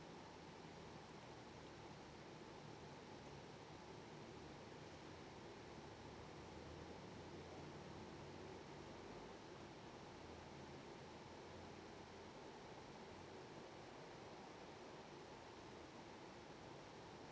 mm